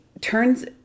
turns